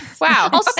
Wow